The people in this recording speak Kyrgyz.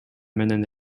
менен